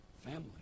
Family